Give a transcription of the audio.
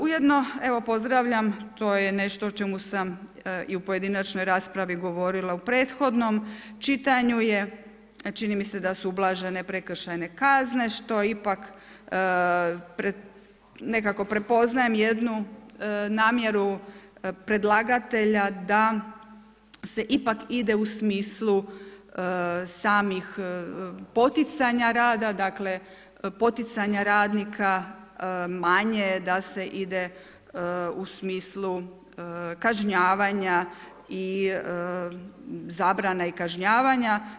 Ujedno evo pozdravljam, to je nešto o čemu sam i u pojedinačnoj raspravi govorila u prethodnom čitanju je, a čini mi se da su ublažene prekršajne kazne što ipak nekako prepoznajem jednu namjeru predlagatelja da se ipak ide u smislu samih poticanja rada, dakle poticanja radnika, manje da se ide u smislu kažnjavanja i zabrana i kažnjavanja.